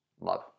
love